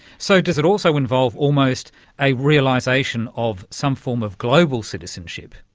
so does it also involve almost a realisation of some form of global citizenship?